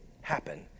happen